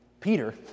Peter